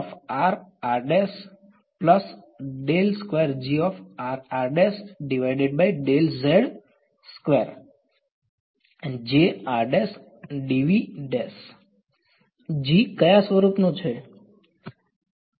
G કયા સ્વરૂપનું છે